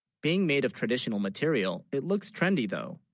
being made of traditional material it looks trendy though,